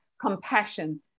compassion